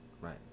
Right